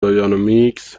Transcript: داینامیکس